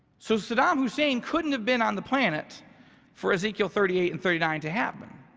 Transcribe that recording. so saddam hussein couldn't have been on the planet for as equal thirty eight and thirty nine to happen,